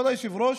כבוד היושב-ראש,